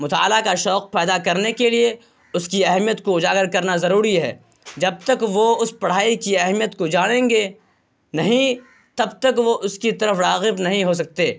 مطالعہ کا شوق پیدا کرنے کے لیے اس کی اہمیت کو اجاگر کرنا ضروری ہے جب تک وہ اس پڑھائی کی اہمیت کو جانیں گے نہیں تب تک وہ اس کی طرف راغب نہیں ہو سکتے